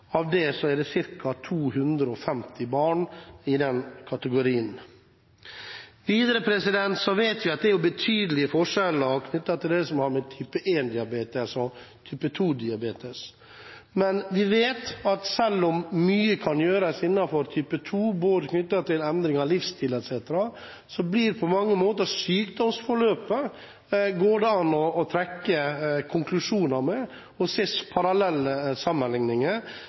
er det ca. 250 barn. Videre vet vi at det er betydelige forskjeller mellom type 1-diabetes og type 2-diabetes. Men vi vet at selv om mye kan gjøres innenfor type 2-diabetes, knyttet til endring av livsstil, etc., går det an å trekke konklusjoner og se på parallelle sammenligninger når det gjelder sykdomsforløpet, for å se på hvordan vi kan være med på å iverksette tiltak. Hvis vi skal klare å